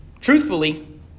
truthfully